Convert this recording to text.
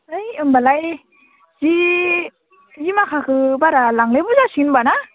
है होनबालाय सि सिमाखाखौ बारा लांलायाबाबो जासिगोन होनबा ना